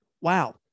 Wow